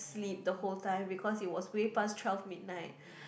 sleep the whole time because it was way pass twelve midnight